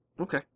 Okay